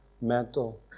mental